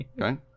Okay